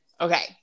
Okay